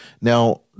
now